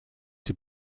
die